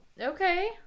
Okay